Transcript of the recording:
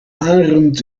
arend